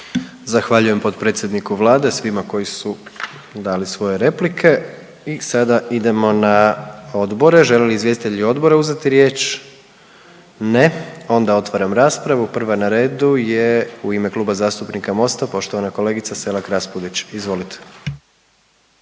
Zahvaljujem potpredsjedniku Vlade, svima koji su dali svoje replike i sada idemo na odbore. Žele li izvjestitelji odbora uzeti riječ? Ne, onda otvaram raspravu, prva na redu je u ime Kluba zastupnika MOST-a poštovana kolegica Selak Raspudić. Izvolite.